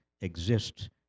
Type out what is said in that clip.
exist